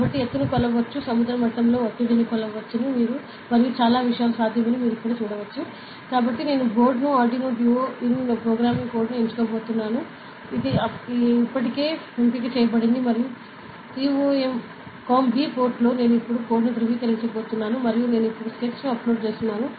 కాబట్టి ఎత్తును కొలవవచ్చని సముద్ర మట్టంలో ఒత్తిడిని కొలవవచ్చని మరియు చాలా విషయాలు సాధ్యమని మీరు చూడవచ్చు కాబట్టి నేను బోర్డును ఆర్డునో డ్యూ ఈన్ ప్రోగ్రామింగ్ కోడ్ ఎంచుకోబోతున్నాను ఇది ఇప్పటికే ఎంపిక చేయబడింది మరియు COMB పోర్ట్ లో నేను ఇప్పుడు కోడ్ను ధృవీకరించబోతున్నాను మరియు నేను ఇప్పుడు స్కెచ్ను అప్లోడ్ చేస్తున్నాను